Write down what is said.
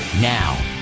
Now